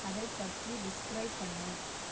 அதை பற்றி டிஸ்க்ரைப் பண்ணு